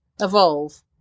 evolve